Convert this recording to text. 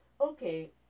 Okay